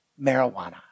marijuana